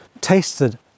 tasted